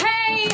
Hey